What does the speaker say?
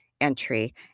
entry